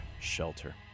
Shelter